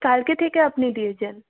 কালকে থেকে আপনি দিয়ে যান